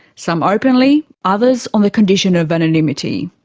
some openly, others on the condition of anonymity.